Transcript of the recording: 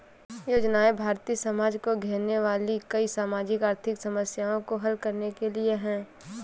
योजनाएं भारतीय समाज को घेरने वाली कई सामाजिक आर्थिक समस्याओं को हल करने के लिए है